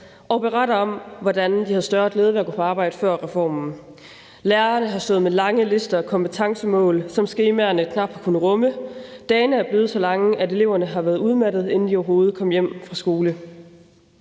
og beretter om, hvordan de havde større glæde ved at gå på arbejde før reformen. Lærerne har stået med lange lister og kompetencemål, som skemaerne knap har kunnet rumme. Dagene er blevet så lange, at eleverne har været udmattede, inden de overhovedet kom hjem fra skole.